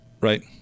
Right